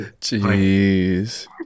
Jeez